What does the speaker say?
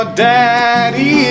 daddy